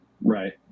Right